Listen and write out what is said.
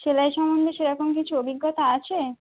সেলাই সম্বন্ধে সেরকম কিছু অভিজ্ঞতা আছে